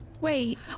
wait